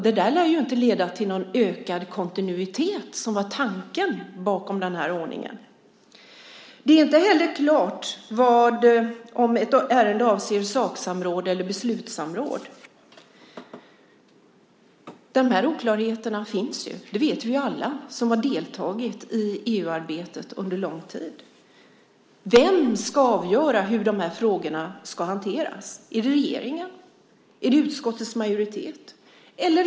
Det lär inte leda till någon ökad kontinuitet som var tanken bakom den här ordningen. Det är inte heller klart om ett ärende avser saksamråd eller beslutssamråd. De här oklarheterna finns. Det vet vi alla som har deltagit i EU-arbetet under lång tid. Vem ska avgöra hur frågorna ska hanteras? Är det regeringen? Är det utskottets majoritet?